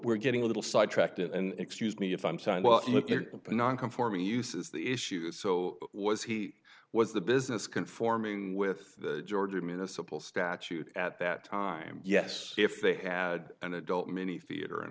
we're getting a little sidetracked and excuse me if i'm saying well look there nonconforming uses the issue so was he was the business conforming with georgia municipal statute at that time yes if they had an adult many theater and